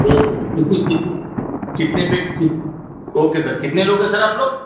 okay sir کتنی کتنی کتنے پہ اوکے سر کتنے لوگ ہیں سر آپ لوگ